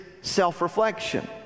self-reflection